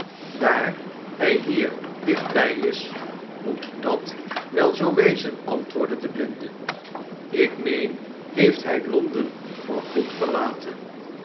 sdaar hij hier dichtbij is moet dat wel zoo wezen antwoordde de blinde ik meen heeft hij l on den voor goed verlaten